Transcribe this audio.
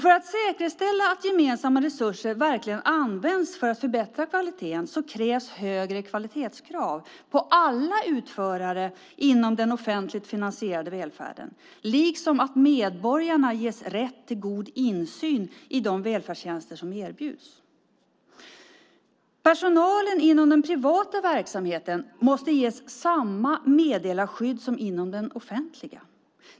För att säkerställa att gemensamma resurser verkligen används för att förbättra kvaliteten krävs högre kvalitetskrav på alla utförare inom den offentligt finansierade välfärden. Medborgarna ska också ges rätt till god insyn i de välfärdstjänster som erbjuds. Personalen inom den privata verksamheten måste ges samma meddelarskydd som inom den offentliga.